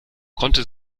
konnte